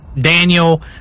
Daniel